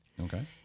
Okay